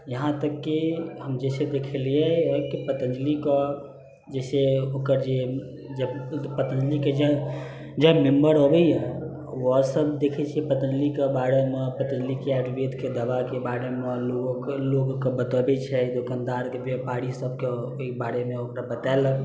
यहाँ तक कि हम जे छै देखलिए पतञ्जलि कऽ जइसे ओकर जे पतञ्जलिके जे मेम्बर अबैए ओसब देखै छी पतञ्जलिके बारेमे पतञ्जलिके आयुर्वेदके दवाके बारेमे लोकके बतबै छै दुकानदारके बेपारी सबके ओहि बारेमे ओकरा बतेलक